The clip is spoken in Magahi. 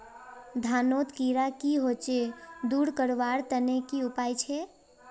धानोत कीड़ा की होचे दूर करवार तने की उपाय छे?